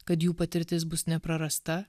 kad jų patirtis bus neprarasta